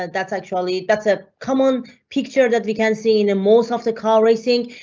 that's actually that's a common picture that we can see in a most of the car racing.